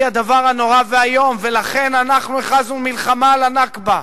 היא הדבר הנורא והאיום ולכן אנחנו הכרזנו מלחמה על ה"נכבה".